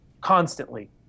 constantly